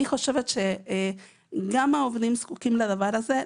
אני חושבת שגם העובדים זקוקים לדבר הזה.